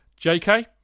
JK